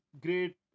great